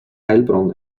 heilbronn